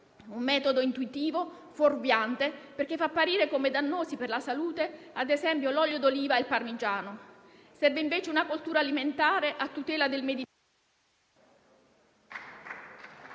un metodo intuitivo e fuorviante, perché fa apparire come dannosi per la salute - ad esempio - l'olio d'oliva e il parmigiano. Serve invece una cultura alimentare a tutela del *made